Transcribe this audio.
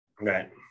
Right